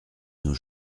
nos